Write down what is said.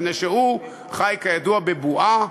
מפני שהוא חי כידוע בבועה,